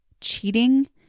cheating